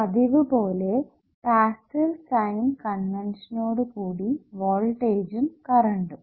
പതിവുപോലെ പാസ്സീവ് സൈൻകൺവെൻഷനോടുകൂടി വോൾട്ടെജ്ജും കറണ്ടും